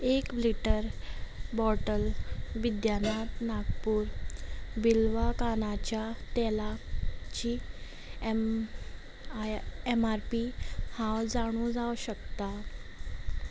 एक litre bottle Baidyanath Nagpur बिल्वा कानाच्या तेलाची M I M R P हांव जाणूं जावं शकता